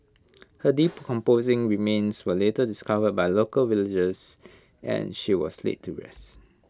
her decomposing remains were later discovered by local villagers and she was laid to rest